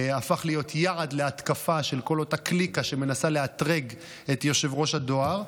הפך להיות יעד להתקפה של כל אותה קליקה שמנסה לאתרג את יושב-ראש הדואר,